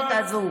ההזדמנות הזו